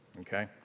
okay